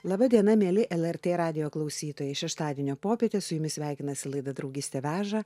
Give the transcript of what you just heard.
laba diena mieli lrt radijo klausytojai šeštadienio popietė su jumis sveikinasi laida draugystė veža